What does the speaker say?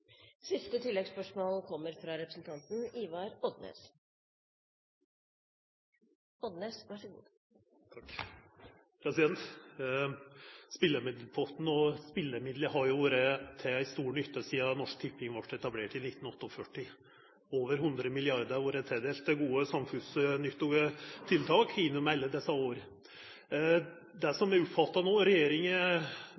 Ivar Odnes – til oppfølgingsspørsmål. Spelemidelpotten og spelemidlar har vore til stor nytte sidan Norsk Tipping vart etablert i 1948. Over 100 mrd. kr har vore tildelt gode samfunnsnyttige tiltak gjennom alle desse åra. Det